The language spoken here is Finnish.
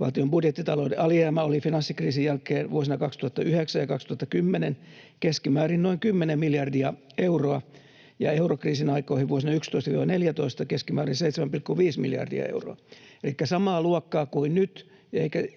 Valtion budjettitalouden alijäämä oli finanssikriisin jälkeen, vuosina 2009 ja 2010, keskimäärin noin kymmenen miljardia euroa ja eurokriisin aikoihin, vuosina 2011—2014, keskimäärin 7,5 miljardia euroa elikkä samaa luokkaa kuin nyt,